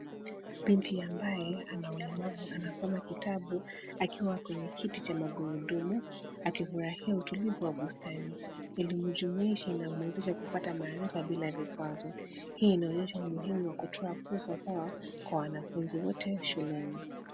Binti ambaye ana ulemavu anasoma kitabu akiwa kwenye kiti cha magurudumu akifurahia utulivu wa bustani elimu jumuishi inamuwezesha kupata maarifa bila vikwazo hii inaonyesha umuhimu wa kutoa fursa sawa kwa wanafunzi wote shuleni.